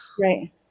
Right